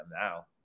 now